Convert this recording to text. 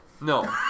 No